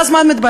ואז מה מתברר?